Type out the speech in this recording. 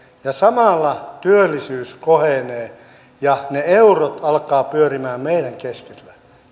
ja samalla työllisyys kohenee ja ne eurot alkavat pyörimään meidän keskellä